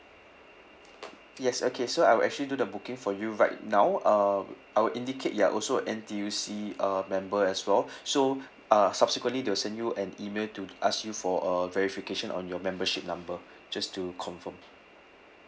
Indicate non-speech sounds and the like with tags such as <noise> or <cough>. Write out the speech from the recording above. yes okay so I will actually do the booking for you right now uh I will indicate you are also N_T_U_C uh member as well <breath> so uh subsequently they will send you an email to ask you for a verification on your membership number just to confirm